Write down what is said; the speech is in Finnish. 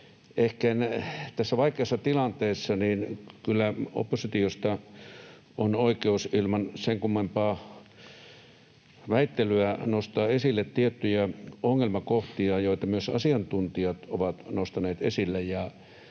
on. Tässä vaikeassa tilanteessa kyllä oppositiosta on oikeus ilman sen kummempaa väittelyä nostaa esille tiettyjä ongelmakohtia, joita myös asiantuntijat ovat nostaneet esille.